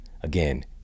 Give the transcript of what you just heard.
Again